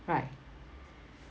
right